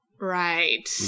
Right